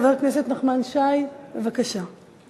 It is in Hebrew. חבר הכנסת נחמן שי, בבקשה.